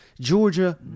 Georgia